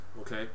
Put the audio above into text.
okay